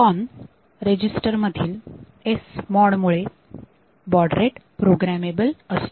PCON रेजिस्टरमधील SMOD मुळे baud rate programmable असतो